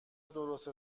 درست